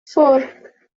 four